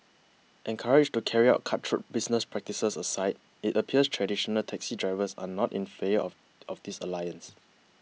encouraged to carry out cutthroat business practices aside it appears traditional taxi drivers are not in favour of of this alliance